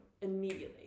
immediately